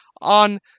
on